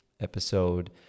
episode